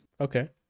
Okay